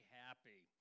happy